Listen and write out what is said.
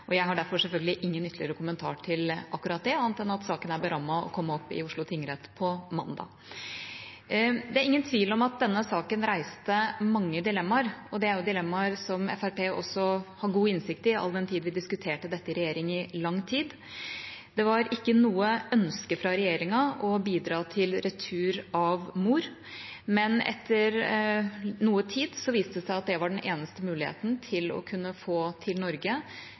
og jeg har derfor selvfølgelig ingen ytterligere kommentar til akkurat det, annet enn at saken er berammet å komme opp i Oslo tingrett på mandag. Det er ingen tvil om at denne saken reiste mange dilemmaer, og det er dilemmaer som Fremskrittspartiet også har god innsikt i, all den tid vi diskuterte dette i regjering i lang tid. Det var ikke noe ønske fra regjeringa å bidra til retur av mor, men etter noe tid viste det seg at det var den eneste muligheten til å kunne få til Norge